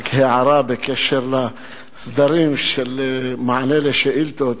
רק הערה בקשר לסדרים של מענה על שאילתות.